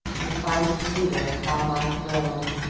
and find a pleader by my throne.